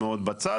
מאוד בצד.